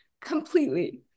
completely